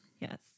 Yes